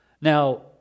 Now